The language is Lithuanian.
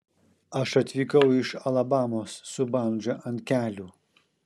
aš atvykau iš alabamos su bandža ant kelių